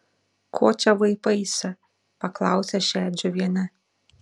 ko čia vaipaisi paklausė šedžiuvienė